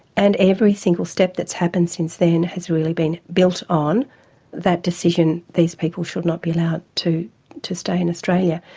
and every single step that's happened since then has really been built on that decision these people should not be allowed to to stay in australia.